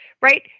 right